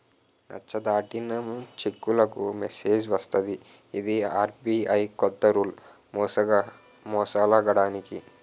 నచ్చ దాటిన చెక్కులకు మెసేజ్ వస్తది ఇది ఆర్.బి.ఐ కొత్త రూల్ మోసాలాగడానికి